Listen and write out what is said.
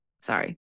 Sorry